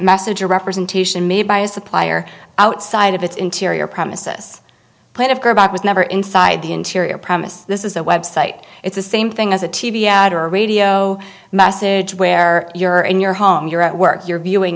message or representation made by a supplier outside of its interior premises part of her back was never inside the interior premises this is a website it's the same thing as a t v ad or radio message where you're in your home you're at work you're viewing